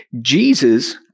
Jesus